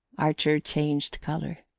archer changed colour.